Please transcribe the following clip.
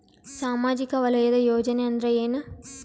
ಸಾಮಾಜಿಕ ವಲಯದ ಯೋಜನೆ ಅಂದ್ರ ಏನ?